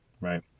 Right